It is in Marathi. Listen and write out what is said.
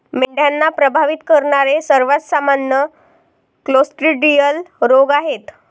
मेंढ्यांना प्रभावित करणारे सर्वात सामान्य क्लोस्ट्रिडियल रोग आहेत